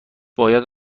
باید